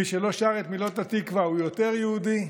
מי שלא שר את מילות "התקווה" הוא יותר יהודי?